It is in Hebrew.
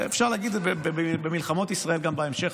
אפשר להגיד במלחמות ישראל גם בהמשך,